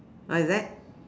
what is that